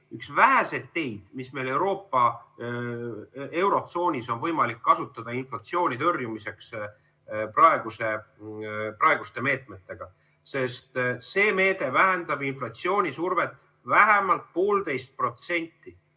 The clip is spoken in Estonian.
üks väheseid teid, mida meil eurotsoonis on võimalik kasutada inflatsiooni tõrjumiseks praeguste meetmetega, sest see meede vähendab inflatsioonisurvet vähemalt 1,5%. Suvised